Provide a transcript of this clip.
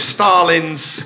Stalin's